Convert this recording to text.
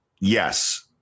yes